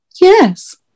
Yes